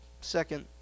second